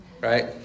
Right